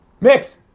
Mix